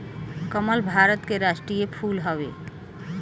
कमल भारत के राष्ट्रीय फूल हवे